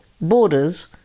Borders